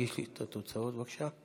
להגיש לי את התוצאות, בבקשה.